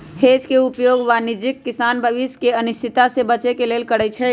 hedge के उपयोग वाणिज्यिक किसान भविष्य के अनिश्चितता से बचे के लेल करइ छै